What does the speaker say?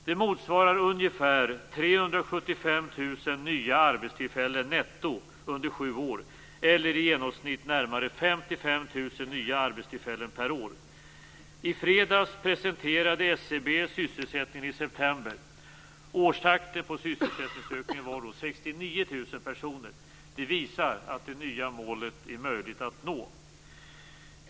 Det motsvarar ungefär I fredags presenterade SCB sysselsättningen i september. Årstakten på sysselsättningsökningen var då 69 000 personer. Det visar att det nya målet är möjligt att nå.